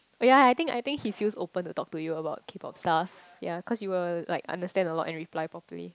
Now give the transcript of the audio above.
ya I think I think he feels open to talk to you about K Pop stuff ya cause you will like understand a lot and reply properly